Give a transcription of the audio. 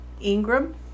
Ingram